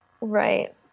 Right